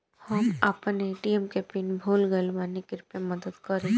हम आपन ए.टी.एम के पीन भूल गइल बानी कृपया मदद करी